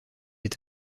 est